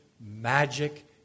magic